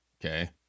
Okay